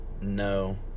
No